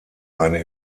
eine